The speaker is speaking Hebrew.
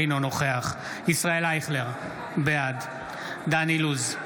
אינו נוכח ישראל אייכלר, בעד דן אילוז,